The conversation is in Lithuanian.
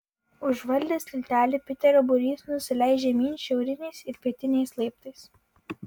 užvaldęs tiltelį piterio būrys nusileis žemyn šiauriniais ir pietiniais laiptais